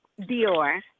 Dior